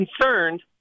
concerned